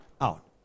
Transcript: out